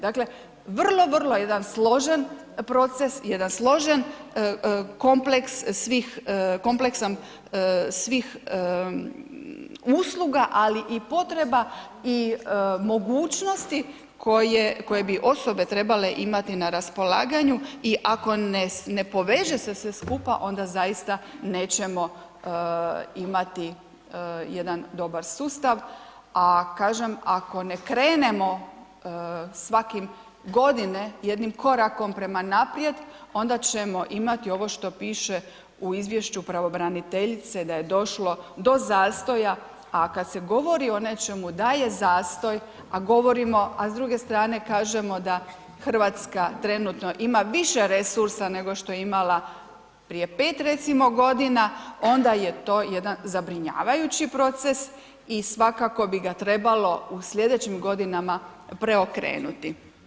Dakle, vrlo, vrlo jedan složen proces, jedan složen kompleks svih kompleksan svih usluga, ali i potreba i mogućnosti koje bi osobe trebale imati na raspolaganju i ako ne poveže se sve skupa, onda zaista nećemo imati jedan dobar sustav, a kažem, ako ne krenemo svakim godine jednim korakom prema naprijed, onda ćemo imati ovo što piše u izvješću pravobraniteljice da je došlo do zastoja, a kad se govori o nečemu da je zastoj, a govorimo, a s druge strane kažemo da Hrvatska trenutno ima više resursa nego što je imala prije 5 recimo godina, onda je to jedan zabrinjavajući proces i svakako bi ga trebalo u sljedećim godinama preokrenuti.